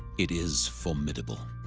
it is formidable.